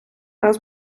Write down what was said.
раз